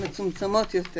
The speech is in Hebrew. הכי קל לכתוב את זה כך.